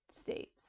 states